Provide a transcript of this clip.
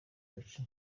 yacu